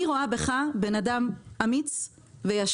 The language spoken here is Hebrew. אני רואה בך בן אדם אמיץ וישר.